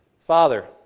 Father